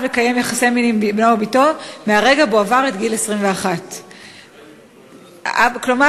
לקיים יחסי מין עם בנו או בתו מרגע שעברו את גיל 21. כלומר,